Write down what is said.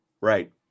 Right